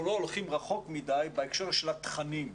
לא הולכים רחוק מדי בהקשר של התכנים.